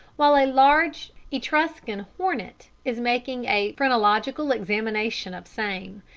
while a large etruscan hornet is making a phrenological examination of same.